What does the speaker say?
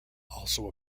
also